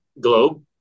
Globe